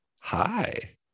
hi